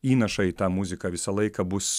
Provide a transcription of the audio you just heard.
įnaša į tą muziką visą laiką bus